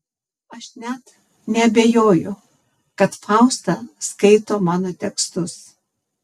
aš net neabejoju kad fausta skaito mano tekstus